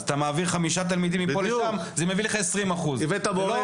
אז אתה מעביר חמישה תלמידים מפה לשם וזה מביא לך 20%. זו לא דוגמה